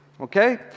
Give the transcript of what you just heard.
okay